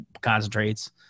concentrates